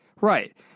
Right